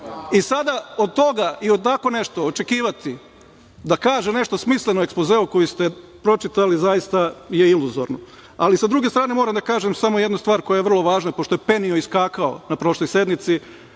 Sada od toga i od tako nečeg očekivati da kaže nešto smisleno o ekspozeu koji ste pročitali zaista je iluzorno. Sa druge strane moram da kažem samo jednu stvar koja je vrlo važna, pošto je penio i skakao na prošloj sednici,